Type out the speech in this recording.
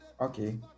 Okay